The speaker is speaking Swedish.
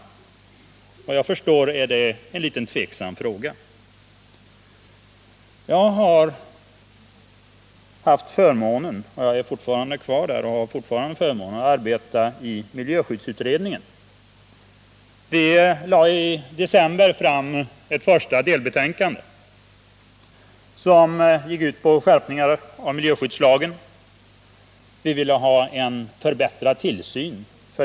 Såvitt jag förstår är svaret på den frågan litet tveksamt. Jag har haft förmånen att arbeta i miljöskyddsutredningen — ja, jag är kvar där och har således fortfarande den förmånen. Utredningen lade i december fram ett första delbetänkande, som gick ut på skärpningar av miljöskyddslagen. Vi vill ha en förbättrad tillsyn av efterlevnaden av lagen.